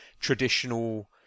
traditional